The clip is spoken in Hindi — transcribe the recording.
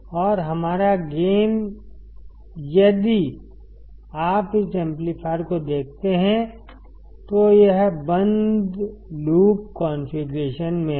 और हमारा गेन यदि आप इस एम्पलीफायर को देखते हैं तो यह बंद लूप कॉन्फ़िगरेशन में है